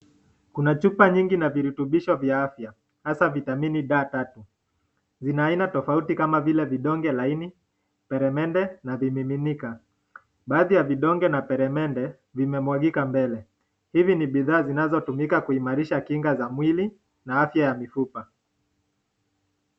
Kuna chupa mingi na virutibisho vya afya haswa vitamini D tatu. Zina aina tofauti kama vile vidonge laini, peremende na vimiminika. Baadhi ya vidonge na peremende vimemwagika mbele. Hivi ni bidhaa vinavyotumika kuimarisha kinga za mwili na afya ya mifupa.